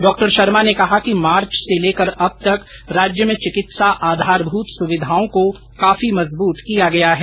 डॉ शर्मा ने कहा कि मार्च से लेकर अब तक राज्य में चिकित्सा आधारभूत सुविधाओं को काफी मजबूत किया है